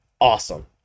awesome